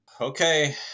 okay